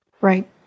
right